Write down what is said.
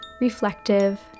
reflective